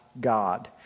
God